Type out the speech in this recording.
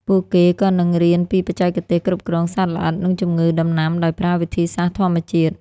ពួកគេក៏នឹងរៀនពីបច្ចេកទេសគ្រប់គ្រងសត្វល្អិតនិងជំងឺដំណាំដោយប្រើវិធីសាស្ត្រធម្មជាតិ។